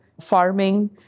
farming